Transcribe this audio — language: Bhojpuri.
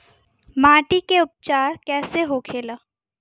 माटी के उपचार कैसे होखे ला?